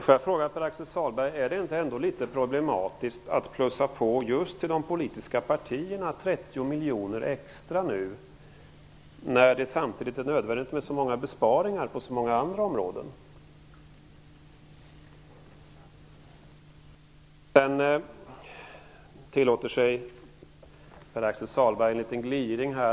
Får jag fråga Pär-Axel Sahlberg: Är det inte litet problematiskt att plussa på 30 miljoner extra just till de politiska partierna, när det samtidigt är nödvändigt med så många besparingar på så många andra områden? Pär-Axel Sahlberg tillåter sig en liten gliring.